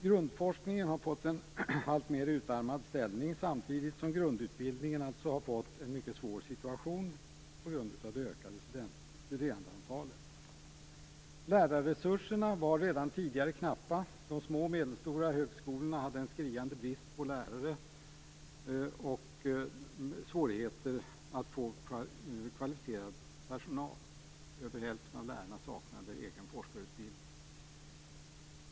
Grundforskningen har fått en alltmer utarmad ställning, samtidigt som grundutbildningen har fått en mycket svår situation på grund av det ökade studerandeantalet. Lärarresurserna var redan tidigare knappa. De små och medelstora högskolorna hade en skriande brist på lärare och svårigheter med att få kvalificerad personal. Över hälften av lärarna saknade egen forskarutbildning.